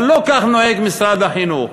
אבל לא כך נוהג משרד החינוך.